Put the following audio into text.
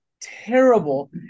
terrible